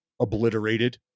obliterated